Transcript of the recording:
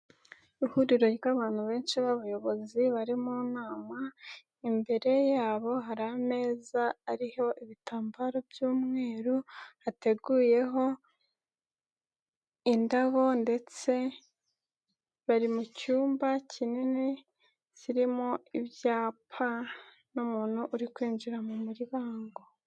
Ihuriro ry'abantu benshi b'abayobozi bari mu nama, imbere yabo hari ameza ariho ibitambaro by'umweru bateguyeho indabo ndetse bari mu cyumba kinini kirimo ibyapa n'umuntu uri kwinjira mu muryango.